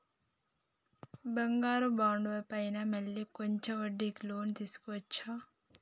బంగారు బాండు పైన మళ్ళా కొంచెం వడ్డీకి లోన్ తీసుకోవచ్చా?